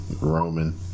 Roman